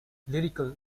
lyrical